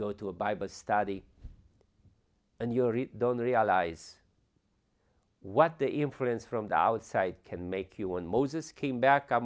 go to a bible study and you're don't realize what the inference from the outside can make you when moses came back